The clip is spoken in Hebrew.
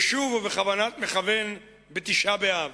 ושוב, ובכוונת מכוון בתשעה באב,